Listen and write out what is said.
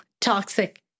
toxic